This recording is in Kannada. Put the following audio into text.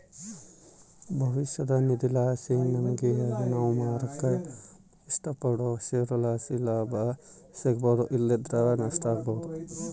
ಭವಿಷ್ಯದ ನಿಧಿಲಾಸಿ ನಮಿಗೆ ನಾವು ಮಾರಾಕ ಇಷ್ಟಪಡೋ ಷೇರುಲಾಸಿ ಲಾಭ ಸಿಗ್ಬೋದು ಇಲ್ಲಂದ್ರ ನಷ್ಟ ಆಬೋದು